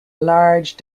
large